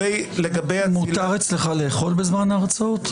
מותר אצלך לאכול בזמן הרצאות?